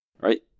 Right